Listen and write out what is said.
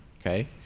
okay